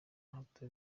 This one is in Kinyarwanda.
hato